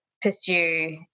pursue